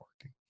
working